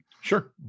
Sure